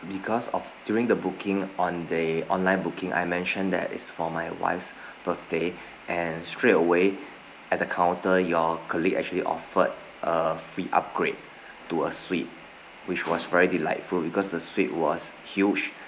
because of during the booking on they online booking I mentioned that it's for my wife's birthday and straight away at the counter your colleague actually offered a free upgrade to a suite which was very delightful because the suite was huge